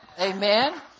Amen